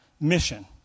mission